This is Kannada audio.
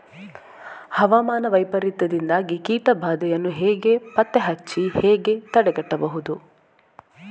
ಹವಾಮಾನ ವೈಪರೀತ್ಯದಿಂದಾಗಿ ಕೀಟ ಬಾಧೆಯನ್ನು ಪತ್ತೆ ಹಚ್ಚಿ ಹೇಗೆ ತಡೆಗಟ್ಟಬಹುದು?